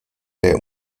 der